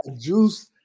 Juice